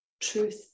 truth